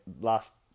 last